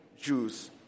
Jews